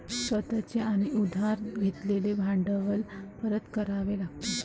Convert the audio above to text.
स्वतः चे आणि उधार घेतलेले भांडवल परत करावे लागेल